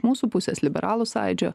mūsų pusės liberalų sąjūdžio